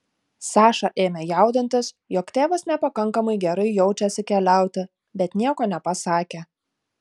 saša ėmė jaudintis jog tėvas nepakankamai gerai jaučiasi keliauti bet nieko nepasakė